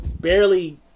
barely